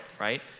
right